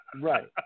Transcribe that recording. Right